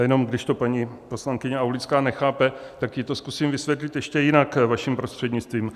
Já jenom, když to paní poslankyně Aulická nechápe, tak jí to zkusím vysvětlit ještě jinak, vaším prostřednictvím.